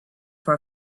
for